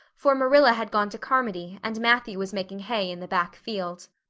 for marilla had gone to carmody and matthew was making hay in the back field.